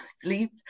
sleep